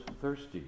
thirsty